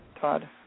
Todd